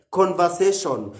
conversation